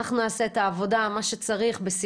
אנחנו נמצאים בתקשורת כל